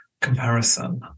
comparison